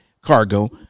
Cargo